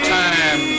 time